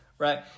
Right